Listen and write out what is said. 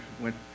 went